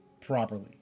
properly